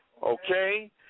Okay